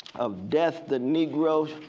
of death the negro.